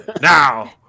now